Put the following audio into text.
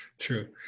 true